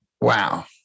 Wow